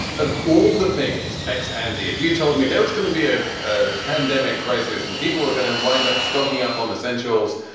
of all the things ex ante, if you told me that was going to be a ah pandemic crisis and people were going to wind up stocking up on essentials.